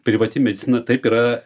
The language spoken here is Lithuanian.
privati medicina taip yra